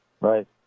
Right